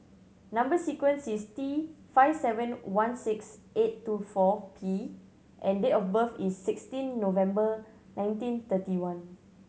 number sequence is T five seven one six eight two four P and date of birth is sixteen November nineteen thirty one